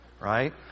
right